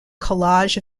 collage